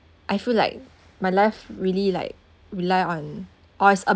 I feel like my life really like rely on or it's